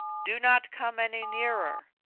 do not come any nearer.